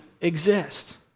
exist